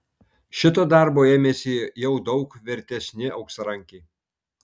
šito darbo ėmėsi jau daug vertesni auksarankiai